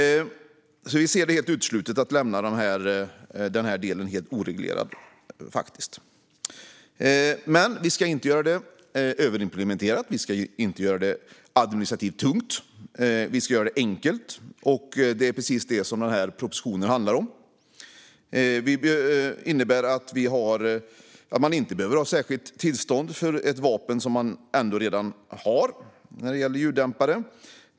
Vi ser det därför som helt uteslutet att lämna denna del helt oreglerad. Men vi ska inte göra det överimplementerat och administrativt tungt. Vi ska göra det enkelt, och det är precis det som propositionen handlar om. Det innebär att man inte behöver ha särskilt tillstånd för ett vapen som man ändå redan äger när det gäller ljuddämpare.